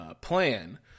plan